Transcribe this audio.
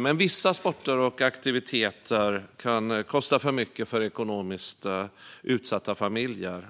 men vissa sporter och aktiviteter kan kosta för mycket för ekonomiskt utsatta familjer.